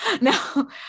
No